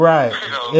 Right